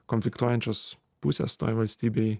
konfliktuojančios pusės toj valstybėj